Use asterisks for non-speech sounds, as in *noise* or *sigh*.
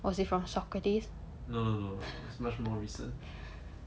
was it from socrates *laughs*